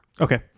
Okay